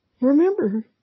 Remember